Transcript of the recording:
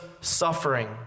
suffering